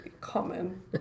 common